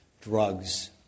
drugs